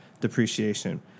depreciation